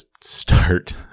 start